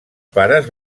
pares